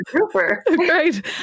great